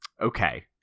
Okay